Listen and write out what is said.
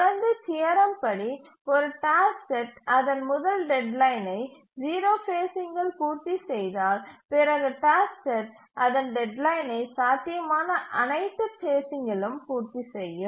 தொடர்ந்து தியரம் படி ஒரு டாஸ்க் செட் அதன் முதல் டெட்லைனை 0 ஃபேஸ்சிங்கில் பூர்த்தி செய்தால் பிறகு டாஸ்க் செட் அதன் டெட்லைனை சாத்தியமான அனைத்து ஃபேஸ்சிங்கிலும் பூர்த்தி செய்யும்